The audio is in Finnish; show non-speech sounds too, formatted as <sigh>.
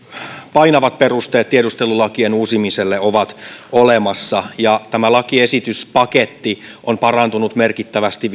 painavat perusteet tiedustelulakien uusimiselle ovat olemassa ja tämä lakiesityspaketti on parantunut merkittävästi <unintelligible>